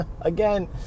again